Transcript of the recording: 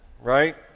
Right